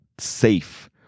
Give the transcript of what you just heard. safe